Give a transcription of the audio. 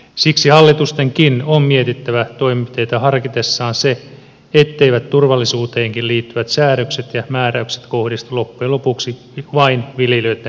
siksi hallitustenkin on mietittävä toimenpiteitä harkitessaan sitä etteivät turvallisuuteenkin liittyvät säädökset ja määräykset kohdistu loppujen lopuksi vain viljelijöitten maksettaviksi